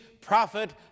prophet